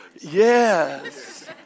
Yes